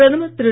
பிரதமர் திரு